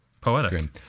Poetic